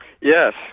Yes